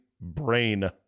brain